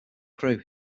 crew